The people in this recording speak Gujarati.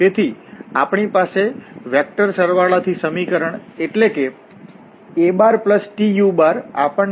તેથી આપણી પાસે વેક્ટરસરવાળા થી સમીકરણ એટલે કે atu આપણને આ પોઝિશન વેક્ટરપોઝિશન વેક્ટર r આપશે